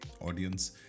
audience